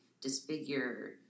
disfigure